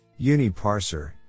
UniParser